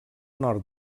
nord